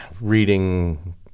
reading